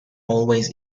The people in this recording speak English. always